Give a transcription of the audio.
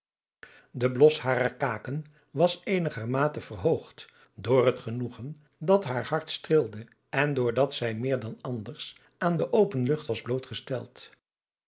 de blos harer kaken was eenigermate verhoogd door het genoegen dat haar hart streelde en door dat zij meer dan anders aan de open lucht was blootgesteld